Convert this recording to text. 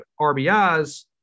RBIs